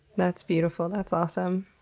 that's beautiful. that's awesome.